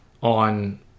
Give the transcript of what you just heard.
on